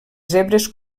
zebres